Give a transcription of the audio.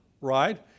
right